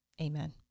Amen